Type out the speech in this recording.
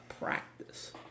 practice